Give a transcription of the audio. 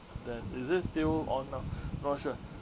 then is it still on now not sure